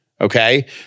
Okay